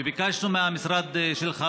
וביקשנו מהמשרד שלך,